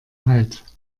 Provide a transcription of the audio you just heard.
halt